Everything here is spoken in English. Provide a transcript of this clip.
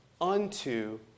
unto